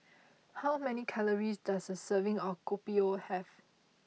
how many calories does a serving of Kopi O have